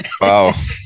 Wow